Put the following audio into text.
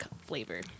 flavor